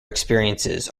experiences